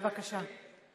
בבקשה.